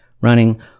running